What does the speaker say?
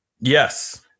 Yes